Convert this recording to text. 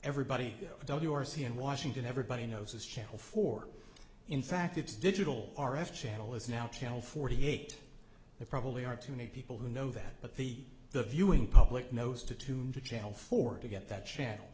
everybody w r c in washington everybody knows is channel four in fact its digital r f channel is now channel forty eight there probably aren't too many people who know that but the the viewing public knows to tune to channel four to get that channel